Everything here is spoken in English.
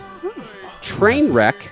Trainwreck